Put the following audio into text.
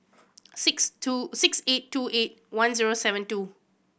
six two six eight two eight one zero seven two